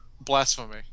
blasphemy